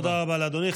תודה רבה לאדוני.